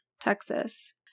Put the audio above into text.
Texas